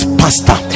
pastor